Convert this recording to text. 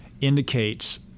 indicates